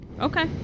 Okay